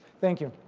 thank you.